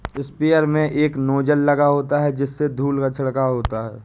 sprayer में एक nozzle लगा होता है जिससे धूल का छिड़काव होता है